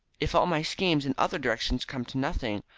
if all my schemes in other directions come to nothing,